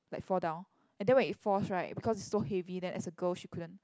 like fall down and then when it falls right because it's so heavy then as a girl she couldn't